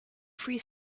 free